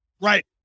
Right